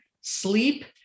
sleep